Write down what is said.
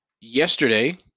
Yesterday